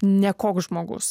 nekoks žmogus